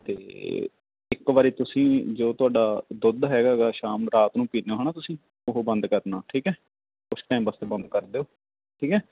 ਅਤੇ ਇੱਕ ਵਾਰ ਤੁਸੀਂ ਜੋ ਤੁਹਾਡਾ ਦੁੱਧ ਹੈਗਾ ਗਾ ਸ਼ਾਮ ਨੂੰ ਰਾਤ ਨੂੰ ਪੀਂਦੇ ਹੋ ਹੈ ਨਾ ਤੁਸੀਂ ਉਹ ਬੰਦ ਕਰਨਾ ਠੀਕ ਹੈ ਕੁਛ ਟਾਈਮ ਵਾਸਤੇ ਬੰਦ ਕਰ ਦਿਓ ਠੀਕ ਹੈ